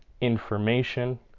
information